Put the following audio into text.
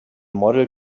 model